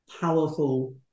powerful